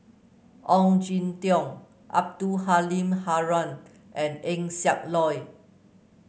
Ong Jin Teong Abdul Halim Haron and Eng Siak Loy